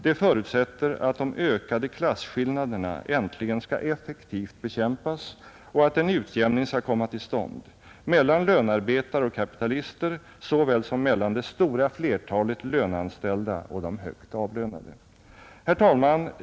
Det förutsätter att de ökade klasskillnaderna äntligen skall effektivt bekämpas och att en utjämning skall komma till stånd — såväl mellan lönarbetare och kapitalister som mellan det stora flertalet löneanställda och de högt avlönade.” Herr talman!